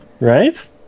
Right